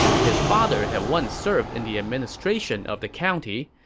his father had once served in the administration of the county,